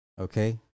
Okay